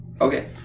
Okay